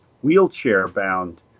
wheelchair-bound